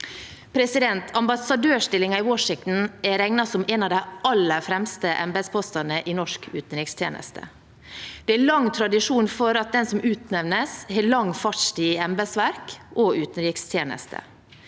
Ambassadørstillingen i Washington er regnet som en av de aller fremste embetspostene i norsk utenrikstjeneste. Det er lang tradisjon for at den som utnevnes, har lang fartstid i embetsverk og utenrikstjeneste.